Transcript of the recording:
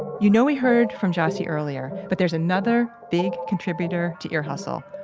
you know we heard from jassy earlier, but there's another big contributor to ear hustle.